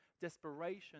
desperation